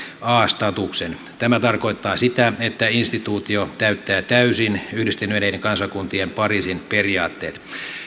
a statuksen tämä tarkoittaa sitä että instituutio täyttää täysin yhdistyneiden kansakuntien pariisin periaatteet